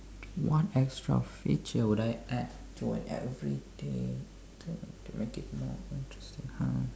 what extra feature would I add to an everyday thing to to make it more interesting !huh!